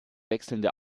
wechselnde